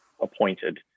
appointed